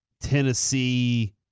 Tennessee